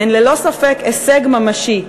הן ללא ספק הישג ממשי,